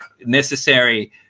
necessary